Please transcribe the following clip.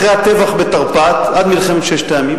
אחרי הטבח בתרפ"ט עד מלחמת ששת הימים,